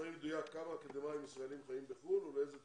מספרי מדויק כמה אקדמאים ישראלים חיים בחו"ל ולאיזה תקופות.